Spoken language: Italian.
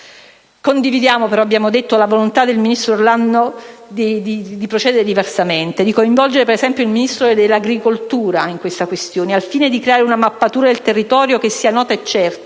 Condividiamo - come abbiamo detto - la volontà del ministro Orlando di procedere diversamente, ad esempio di coinvolgere il Ministro dell'agricoltura in tale questione al fine di creare una mappatura dei territorio che sia nota e certa,